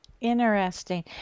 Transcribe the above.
interesting